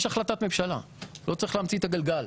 יש החלטת ממשלה, לא צריך להמציא את הגלגל.